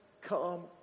come